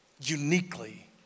Uniquely